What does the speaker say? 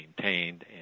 maintained